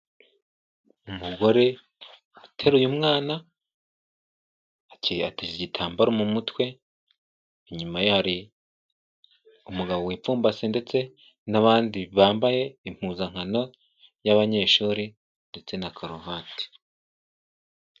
mugore ateruye mwana akiyateze igitambaro mu mutwe. Inyuma ye hari umugabo wipfumbase ndetse n'abandi bambaye impuzankano y'abanyeshuri ndetse na karuvati.